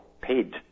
paid